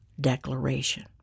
declaration